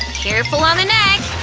careful on the neck!